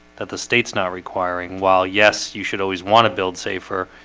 that the state's not requiring while yes, you should always want to build safer